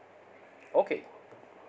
okay